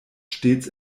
stets